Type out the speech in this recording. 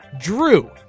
Drew